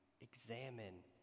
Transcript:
examine